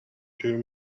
two